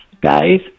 guys